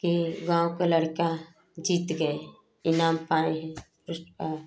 कि गाँव के लड़का जीत गए इनाम पाए हैं पुरस्कार